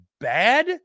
bad